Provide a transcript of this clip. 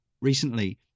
recently